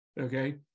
Okay